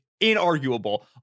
inarguable